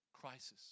crisis